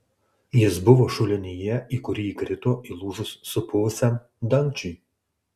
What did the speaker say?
jis buvo šulinyje į kurį įkrito įlūžus supuvusiam dangčiui